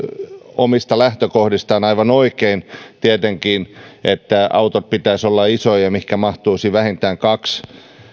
omista lähtökohdistaan aivan oikein tietenkin sitä että autojen pitäisi olla isoja mihinkä mahtuisi vähintään kaksi